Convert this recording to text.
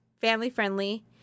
family-friendly